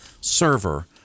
server